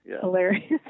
hilarious